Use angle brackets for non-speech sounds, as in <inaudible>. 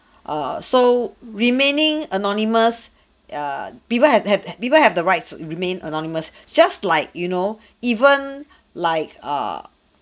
err so remaining anonymous <breath> err people have had people have the rights to remain anonymous <breath> just like you know <breath> even <breath> like err